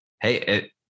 hey